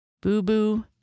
Boo-Boo